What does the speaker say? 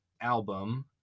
album